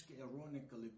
ironically